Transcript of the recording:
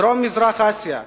דרום-מזרח אסיה והבלקן.